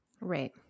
right